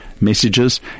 messages